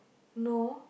no